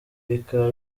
bikaba